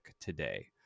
today